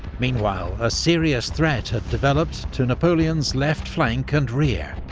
meanwhile a serious threat had developed to napoleon's left flank and rear.